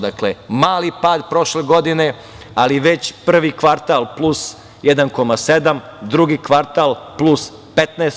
Dakle, mali pad prošle godine, ali već prvi kvartal plus 1,7, drugi kvartal plus 15%